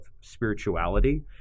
spirituality